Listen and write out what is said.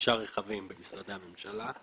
רכבים במשרדי הממשלה.